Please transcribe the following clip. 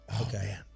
Okay